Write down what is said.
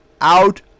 out